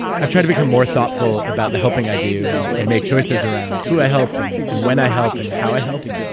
i've tried to become more thoughtful about the helping i do and and make choices around, who i help? and and when i help? and how i help?